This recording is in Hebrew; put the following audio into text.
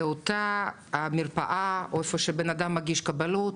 באותה מרפאה, איפה שבן אדם מגיש קבלות,